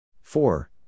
Four